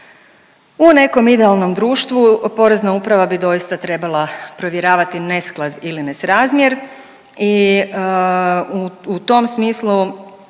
u nekom idealnom društvu Porezna uprava bi doista trebala provjeravati nesklad ili nesrazmjer i u tom smislu